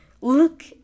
look